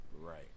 Right